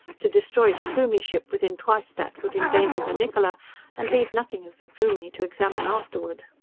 to destroy the plumie ship within twice that would endanger the niccola and leave nothing of the plumie to examine afterward.